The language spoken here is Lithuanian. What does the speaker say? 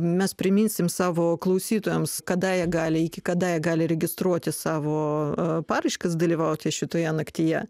mes priminsim savo klausytojams kada jie gali iki kada jie gali registruoti savo a paraiškas dalyvauti šitoje naktyje